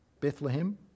Bethlehem